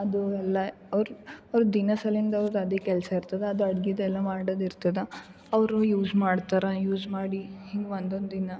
ಅದು ಎಲ್ಲ ಅವ್ರು ಅವ್ರ ದಿನಸಲಿಂದ ಅವ್ರು ಅದೆ ಕೆಲ್ಸಯಿರ್ತದೆ ಅದು ಅಡಿಗೆದೆಲ್ಲ ಮಾಡದಿರ್ತದ ಅವರು ಯೂಸ್ ಮಾಡ್ತಾರ ಯೂಸ್ ಮಾಡಿ ಹಿಂಗೆ ಒಂದೊಂದು ದಿನ